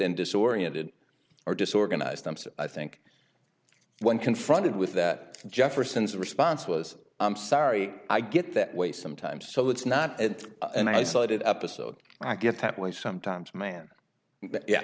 and disoriented or disorganized upset i think when confronted with that jefferson's response was i'm sorry i get that way sometimes so it's not an isolated episode i get that way sometimes man yeah